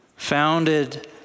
founded